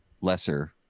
lesser